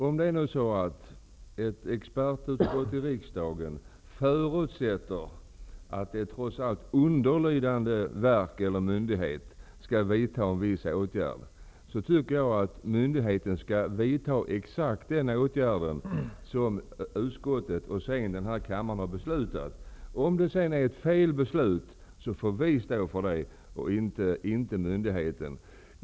Om nu ett expertutskott i riksdagen förutsätter att underlydande verk eller myndigheter skall vidta vissa åtgärder, tycker jag att dessa skall vidta exakt de åtgärder som de förutsätts vidta sedan denna kammare har beslutat om det. Om det sedan visar sig vara ett felaktigt beslut, får vi står för det, inte myndigheten.